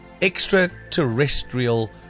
extraterrestrial